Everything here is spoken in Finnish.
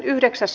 asia